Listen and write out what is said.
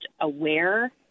aware